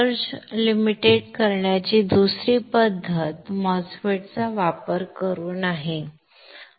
surge मर्यादित करण्याची दुसरी पद्धत MOSFET चा वापर करून आहे